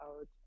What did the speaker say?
out